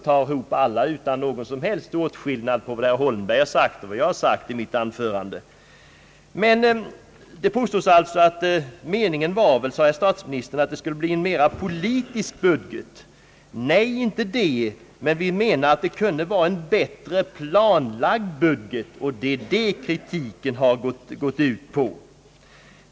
Hans excellens gör ingen som helst åtskillnad på vad herr Holmberg har sagt och vad jag har sagt i mitt anförande. Statsministern påstod alltså att oppositionen önskade en mera politisk budget. Nej, vi anser inte det, utan vad vi önskar är en bättre planlagd budget. Det är det vår kritik gått ut på.